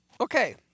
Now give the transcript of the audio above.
okay